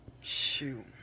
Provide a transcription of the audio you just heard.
Shoot